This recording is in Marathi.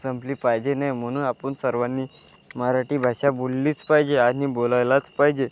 संपली पाहिजे नाही म्हणून आपण सर्वांनी मराठी भाषा बोललीच पाहिजे आणि बोलायलाच पाहिजे